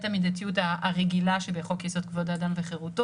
המידתיות הרגילה שבחוק יסוד: כבוד האדם וחירותו,